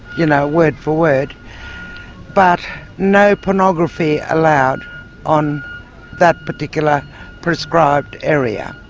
you know, word for word but no pornography allowed on that particular proscribed area.